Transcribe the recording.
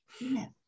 Yes